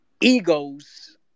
egos